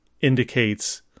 indicates